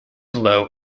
low